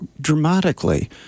dramatically